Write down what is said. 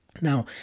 Now